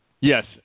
Yes